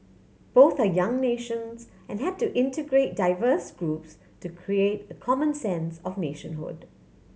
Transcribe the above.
both are young nations and had to integrate diverse groups to create a common sense of nationhood